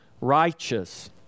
righteous